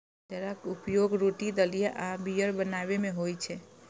बाजराक उपयोग रोटी, दलिया आ बीयर बनाबै मे होइ छै